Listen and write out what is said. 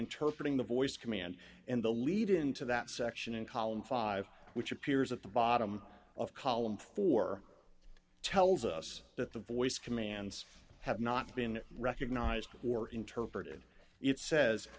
interpret in the voice command and the lead in to that section in column five which appears at the bottom of column for tells us that the voice commands have not been recognized or interpreted it says